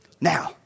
Now